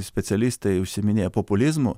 specialistai užsiiminėja populizmu